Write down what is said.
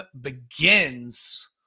begins